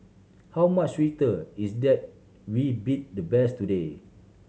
how much sweeter it's that we beat the best today